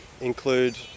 include